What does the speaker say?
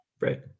Right